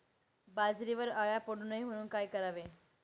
बाजरीवर अळ्या पडू नये म्हणून काय करावे?